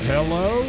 Hello